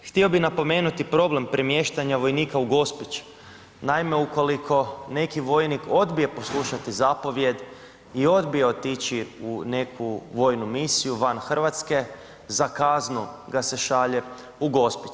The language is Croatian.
Htio bi napomenuti problem premještanja vojnika u Gospić, naime ukoliko neki vojnik odbije poslušati zapovijedi i odbije otići u neku vojnu misiju van Hrvatske, za kaznu ga se šalje u Gospić.